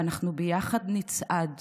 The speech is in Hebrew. ואנחנו ביחד נצעד